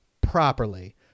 properly